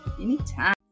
anytime